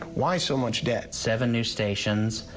why so much debt? seven new stations.